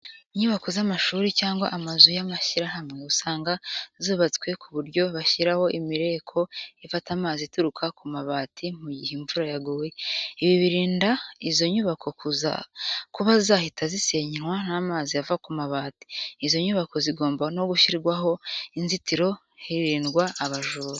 Inyubako z'amashuri cyangwa amazu y'amashyirahamwe usanga zubatswe ku buryo bashyiraho imireko ifata amazi aturuka ku mabati mu gihe imvura yaguye. Ibi birinda izo nyubako kuba zahita zisenywa n'amazi ava ku mabati. Izo nyubako zigomba no gushyirirwaho inzitiro hirindwa abajura.